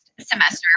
semester